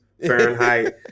Fahrenheit